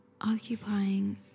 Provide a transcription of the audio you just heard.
occupying